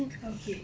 okay